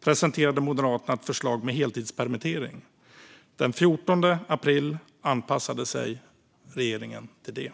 presenterade Moderaterna ett förslag om heltidspermittering. Den 14 april anpassade sig regeringen till det.